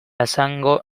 esango